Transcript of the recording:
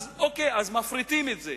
אז אוקיי, מפריטים את זה.